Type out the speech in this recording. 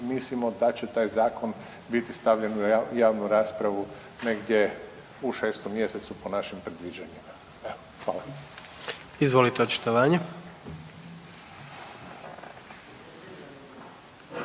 mislimo da će taj zakon biti stavljen u javnu raspravu negdje u 6 mjesecu po našim predviđanjima. Evo hvala.